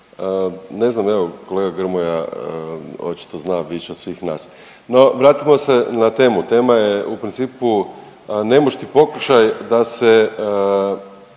ne znam evo, kolega Grmoja, očito zna više od svih nas. No, vratimo se na temu, tema je u principu nemušti pokušaj da se,